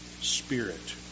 spirit